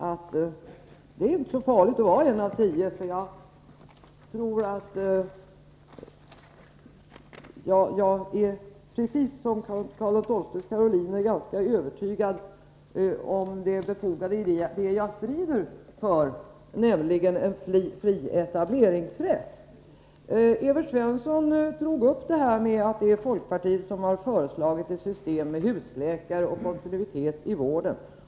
Men det är inte så farligt att vara en mot tio, för jag är precis som Karl XII:s karoliner övertygad om det befogade i det som jag strider för, nämligen en fri etableringsrätt. Evert Svensson sade att det är folkpartiet som har föreslagit ett system med husläkare och kontinuitet i vården.